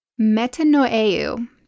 metanoeu